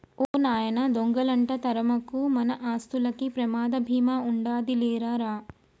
ఓ నాయనా దొంగలంట తరమకు, మన ఆస్తులకి ప్రమాద బీమా ఉండాదిలే రా రా